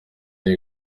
niyo